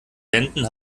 wänden